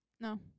No